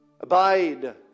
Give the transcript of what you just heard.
Abide